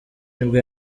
nibwo